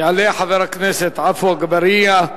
יעלה חבר הכנסת עפו אגבאריה,